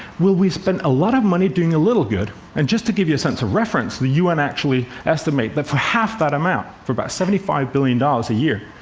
well, we've spent a lot of money doing a little good. and just to give you a sense of reference, the u n. actually estimate that for half that amount, for about seventy five billion dollars a year,